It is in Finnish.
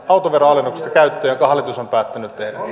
autoveron alennuksesta jonka hallitus on päättänyt tehdä